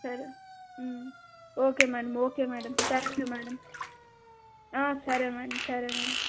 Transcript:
సరే okay madam okay madam thank you madam సరే madam సరే మేడం